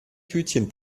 tütchen